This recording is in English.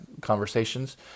conversations